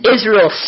Israel